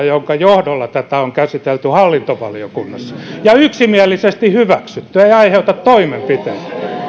jonka johdolla tätä on käsitelty hallintovaliokunnassa ja yksimielisesti hyväksytty ei aiheuta toimenpiteitä